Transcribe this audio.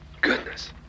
Goodness